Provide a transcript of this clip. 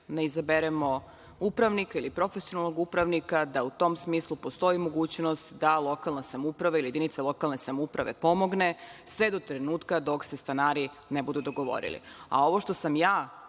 ne izaberemo upravnika ili profesionalnog upravnika, da u tom smislu postoji mogućnost da lokalna samouprava ili jedinice lokalne samouprave pomognu sve do trenutka dok se stanari ne budu dogovorili. Ovo